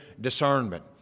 discernment